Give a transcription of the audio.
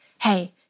hey